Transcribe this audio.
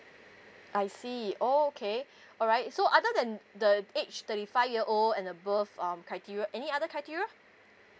I see oh okay all right so other than the age thirty five year old and above um criteria any other criteria